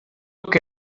que